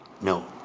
No